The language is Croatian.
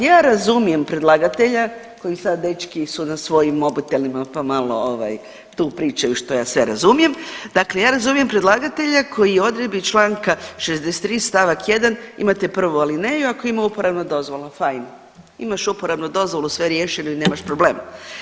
Ja razumijem predlagatelja koji sad dečki su na svojim mobitelima, pa malo tu pričaju što ja sve razumijem, dakle ja razumijem predlagatelja koji je u odredbi čl. 63. st. 1. imate prvu alineju ako ima uporabna dozvola fajn, imaš uporabnu dozvolu, sve je riješeno i nemaš problem.